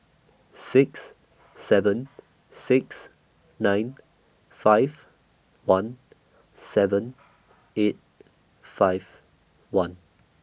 six seven six nine five one seven eight five one